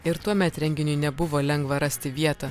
ir tuomet renginiui nebuvo lengva rasti vietą